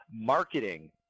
marketing